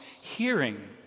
hearing